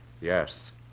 yes